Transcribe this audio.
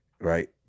right